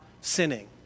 sinning